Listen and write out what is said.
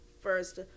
first